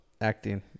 acting